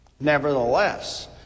Nevertheless